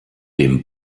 dem